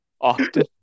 often